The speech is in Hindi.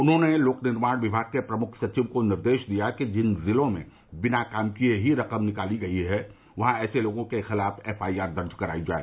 उन्होंने लोक निर्माण विभाग के प्रमुख सचिव को निर्देश दिया कि जिन जिलों में बिना काम किए ही रकम निकाली गई है वहां ऐसे लोगों के खिलाफ एफ आई आर दर्ज करवाई जाए